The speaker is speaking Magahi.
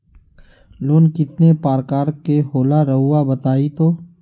लोन कितने पारकर के होला रऊआ बताई तो?